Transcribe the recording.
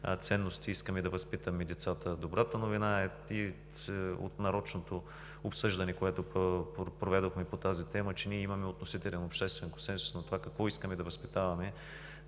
ценности искаме да възпитаме децата? Добрата новина е от нарочното обсъждане, което проведохме по тази тема, че ние имаме относителен обществен консенсус на това в какво искаме да възпитаваме